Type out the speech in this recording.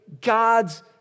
God's